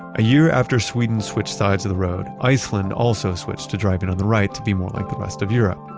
a year after sweden switched sides of the road, iceland also switched to driving on the right to be more like the rest of europe.